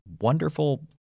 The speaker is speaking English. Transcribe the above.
wonderful